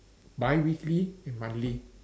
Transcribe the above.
biweekly and monthly